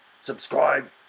subscribe